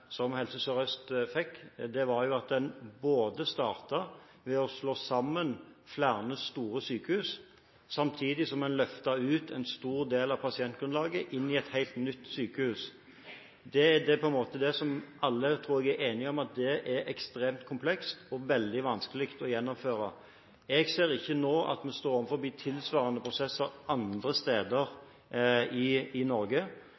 Helse Sør-Øst fikk, var at en startet med å slå sammen flere store sykehus, samtidig som en løftet en stor del av pasientgrunnlaget inn i et helt nytt sykehus. Det tror jeg alle er enige om at er ekstremt komplekst og veldig vanskelig å gjennomføre. Jeg ser ikke nå at vi står overfor tilsvarende prosesser andre steder i Norge,